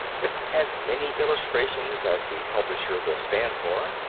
with as many illustrations as the publisher will stand for,